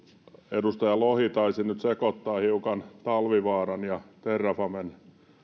edustaja lohi taisi nyt sekoittaa hiukan talvivaaran ja terrafamen